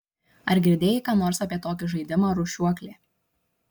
ar girdėjai ką nors apie tokį žaidimą rūšiuoklė